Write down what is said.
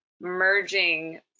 merging